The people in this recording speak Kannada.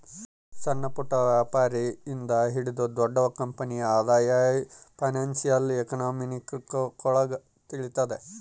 ಸಣ್ಣಪುಟ್ಟ ವ್ಯಾಪಾರಿ ಇಂದ ಹಿಡಿದು ದೊಡ್ಡ ಕಂಪನಿ ಆದಾಯ ಫೈನಾನ್ಶಿಯಲ್ ಎಕನಾಮಿಕ್ರೊಳಗ ತಿಳಿತದ